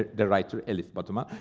the writer elif batuman.